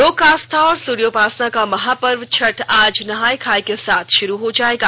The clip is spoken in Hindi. लोक आस्था और सर्योपासना का महापर्व छठ आज नहाय खाय के साथ शरू हो जाएगा